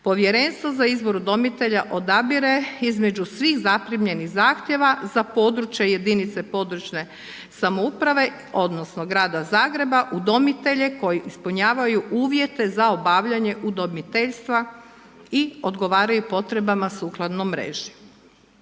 Povjerenstvo za izbor udomitelja odabire između svih zaprimljenih zahtjeva za područje jedinica područne samouprave odnosno grada Zagreba udomitelje koji ispunjavaju uvjete za obavljanje udomiteljstva i odgovaraju potrebama sukladno mreži.